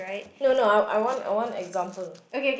no no I I want I want example